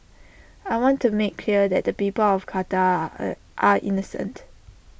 I want to make clear that the people of Qatar are innocent